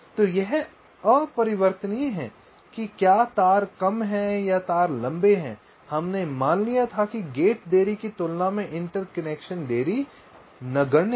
तो यह अपरिवर्तनीय है कि क्या तार कम हैं या तार लंबे हैं हमने मान लिया था कि गेट देरी की तुलना में इंटरकनेक्शन देरी नगण्य है